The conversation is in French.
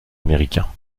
américains